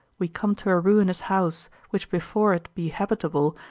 we come to a ruinous house, which before it be habitable,